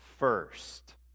first